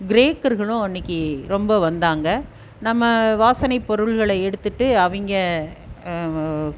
கிரேக்கர்களும் அன்னிக்கு ரொம்ப வந்தாங்க நம்ம வாசனைப் பொருள்களை எடுத்துகிட்டு அவங்க